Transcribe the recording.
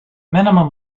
minimum